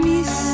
Miss